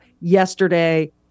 yesterday